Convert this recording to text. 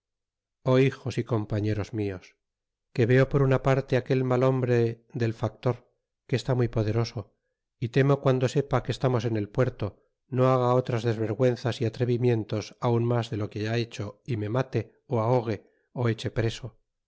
o hijos y compañeros mios que veo por una parte aquel mal hombre del factor que está muy poderoso y temo guando sepa que estamos en el puerto no haga otras desvergüenzas y atrevimientos aun mas de lo que ha hecho y me mate ó ahogue ce eche preso